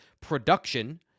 production